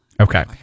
Okay